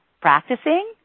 practicing